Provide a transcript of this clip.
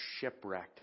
shipwrecked